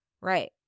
right